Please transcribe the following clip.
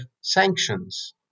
sanctions